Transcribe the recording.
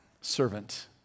servant